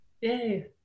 Yay